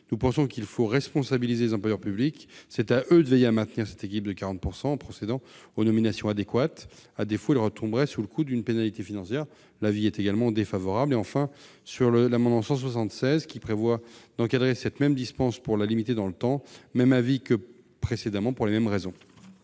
Nous pensons qu'il faut responsabiliser les employeurs publics : c'est à eux de veiller à maintenir cet équilibre de 40 % en procédant aux nominations adéquates. À défaut, ils retomberaient sous le coup d'une pénalité financière. L'avis est donc également défavorable. Enfin, sur l'amendement n° 176 rectifié qui prévoit d'encadrer cette même dispense pour la limiter dans le temps, même avis que précédemment, pour les mêmes raisons.